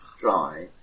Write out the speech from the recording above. dry